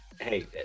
Hey